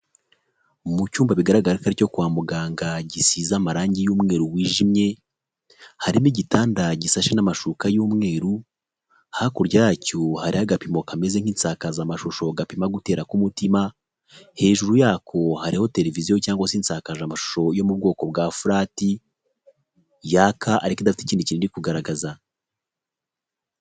Mu cyumba bigaragara ko ari icyo kwa muganga gisize amarangi y'umweru wijimye, harimo igitanda gisashe n'amashuka y'umweru, hakurya yacyo hariho agapimo kameze nk'insakazamashusho gapima gutera k'umutima, hejuru yako hariho televiziyo cyangwa se insakazamashusho yo mu bwoko bwa furati, yaka ariko idafite ikindi kintu iri kugaragaza.